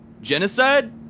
Genocide